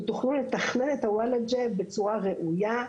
ותוכלו לתכנן את הוולאג'ה בצורה ראויה,